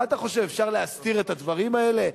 מה אתה חושב, אפשר להסתיר את הדברים האלה?